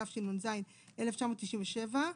התשנ"ז-1997,